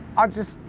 ah just,